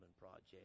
project